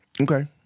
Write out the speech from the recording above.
Okay